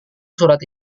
surat